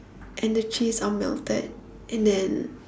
and the cheese are melted and then